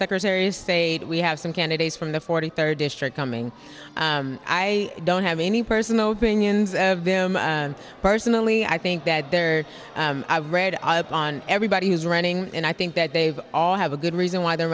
secretary of state we have some candidates from the forty third district coming i don't have any personal opinions of them personally i think that they're i read up on everybody who's running and i think that they've all have a good reason why they're